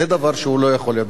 זה דבר שלא יכול להיות.